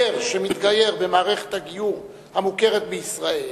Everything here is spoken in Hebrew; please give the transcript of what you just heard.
גר שמתגייר במערכת הגיור המוכרת בישראל